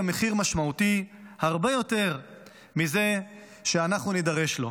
מחיר משמעותי הרבה יותר מזה שאנחנו נידרש לו.